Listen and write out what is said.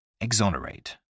Exonerate